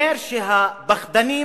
אומר שהפחדנים